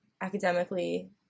academically